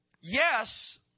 Yes